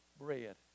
bread